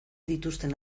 dituzten